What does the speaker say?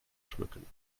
schmücken